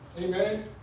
Amen